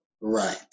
Right